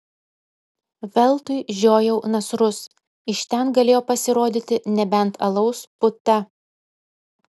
veltui žiojau nasrus iš ten galėjo pasirodyti nebent alaus puta